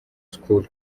school